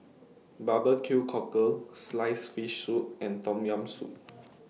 Barbecue Cockle Sliced Fish Soup and Tom Yam Soup